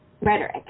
rhetoric